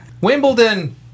Wimbledon